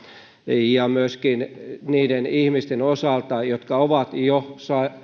ja myöskin niiden ihmisten osalta jotka ovat jo